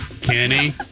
Kenny